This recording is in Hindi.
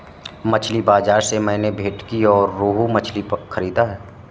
मछली बाजार से मैंने भेंटकी और रोहू मछली खरीदा है